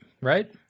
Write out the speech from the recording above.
right